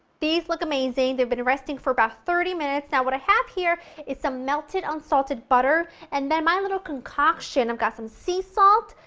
these look amazing, they've been resting for about thirty minutes, now what i have here is some melted, unsalted butter and then my little concoction i've got some sea salt,